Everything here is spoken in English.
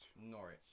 Norwich